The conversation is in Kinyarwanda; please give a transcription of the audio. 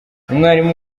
umwarimu